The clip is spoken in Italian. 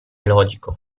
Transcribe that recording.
logico